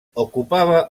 ocupava